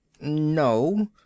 No